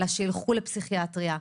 אלא שילכו פסיכיאטריה,